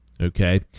okay